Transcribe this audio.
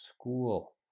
school